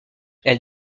elle